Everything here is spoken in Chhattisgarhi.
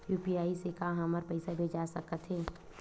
यू.पी.आई से का हमर पईसा भेजा सकत हे?